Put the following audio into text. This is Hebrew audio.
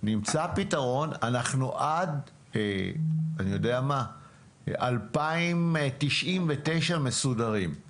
נמצא פתרון ואנחנו מסודרים עד 2099, אז